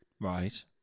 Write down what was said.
Right